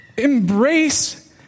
embrace